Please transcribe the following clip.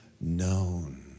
known